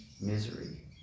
misery